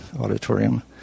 auditorium